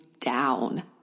down